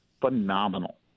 phenomenal